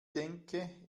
denke